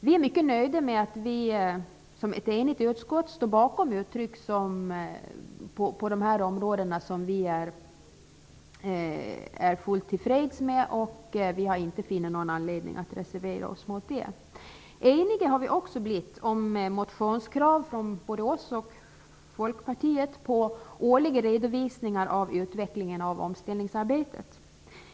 Vi är mycket nöjda med att vi som ett enigt utskott på de här områdena står bakom uttryck som vi är fullt till freds med, och vi har inte funnit någon anledning att reservera oss mot det. Eniga har vi också blivit om motionskrav från både oss och Folkpartiet om årliga redovisningar av utvecklingen av omställningsarbetet.